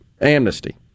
amnesty